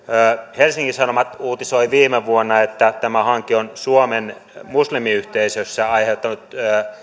helsingin sanomat uutisoi viime vuonna että tämä hanke on suomen muslimiyhteisössä aiheuttanut